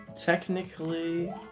Technically